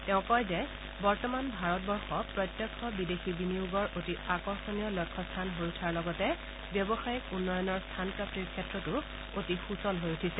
তেওঁ কয় যে বৰ্তমান ভাৰতবৰ্ষ প্ৰত্যক্ষ বিদেশী বিনিয়োগৰ অতি আকৰ্ষণীয় লক্ষ্যস্থান হোৱাৰ লগতে ব্যৱসায়িক উন্নয়নৰ স্থানপ্ৰাপ্তিৰ ক্ষেত্ৰতো অতি হৈ উঠিছে